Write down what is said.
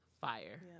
fire